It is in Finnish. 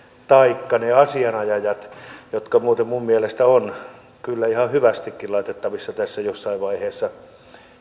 taikka ne asianajajat jotka muuten minun mielestäni ovat kyllä ihan hyvästikin laitettavissa tässä jossain vaiheessa